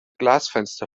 glasfenster